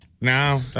no